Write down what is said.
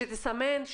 שתסמן,